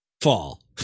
Fall